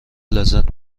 لذت